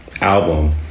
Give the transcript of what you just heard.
album